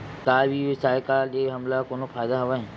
का ई व्यवसाय का ले हमला कोनो फ़ायदा हवय?